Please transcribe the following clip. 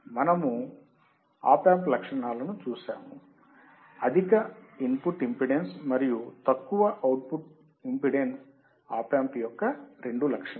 మనము లక్షణాలను చూశాము అధిక ఇన్పుట్ ఇంపెడెన్స్ మరియు తక్కువ అవుట్పుట్ ఇంపెడెన్స్ ఆప్ యాంప్ యొక్క రెండు లక్షణాలు